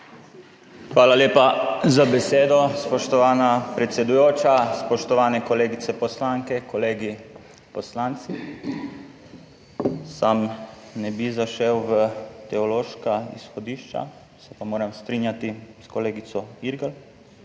Hvala lepa za besedo. Spoštovana predsedujoča. Spoštovane kolegice poslanke, kolegi poslanci. Sam ne bi zašel v teološka izhodišča. Se pa moram strinjati s kolegico Irgl